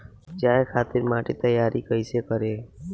उपजाये खातिर माटी तैयारी कइसे करी?